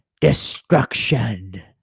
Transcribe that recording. destruction